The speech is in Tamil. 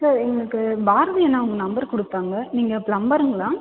சார் எங்களுக்கு பாரதி அண்ணா உங்கள் நம்பர் கொடுத்தாங்க நீங்கள் ப்ளம்பருங்களா